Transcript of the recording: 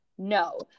No